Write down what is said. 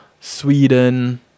sweden